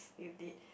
you did